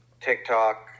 TikTok